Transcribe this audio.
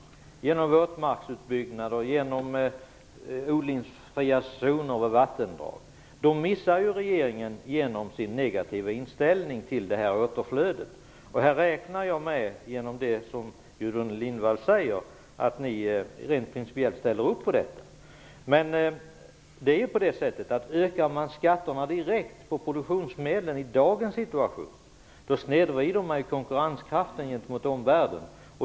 Det gäller våtmarksutbyggnad och odlingsfria zoner vid vattendrag. Regeringen missar detta genom sin negativa inställning till återflödet. Jag räknar med att ni principiellt ställer upp på detta efter det Gudrun Lindvall har sagt. Men ökar man skatterna direkt på produktionsmedlen i dagens situation snedvrider man konkurrenskraften gentemot omvärlden.